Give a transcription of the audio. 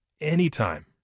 Anytime